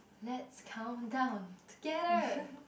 let's countdown together